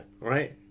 right